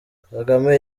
kagame